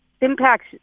impacts